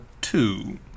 two